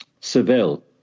Seville